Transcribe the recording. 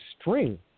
string